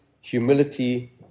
humility